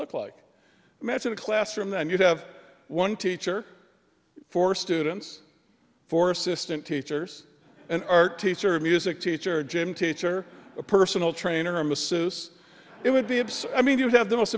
look like imagine a classroom then you'd have one teacher for students for assistant teachers an art teacher a music teacher gym teacher a personal trainer mrs it would be absurd i mean you have the most